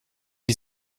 die